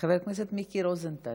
חבר הכנסת מיקי רוזנטל.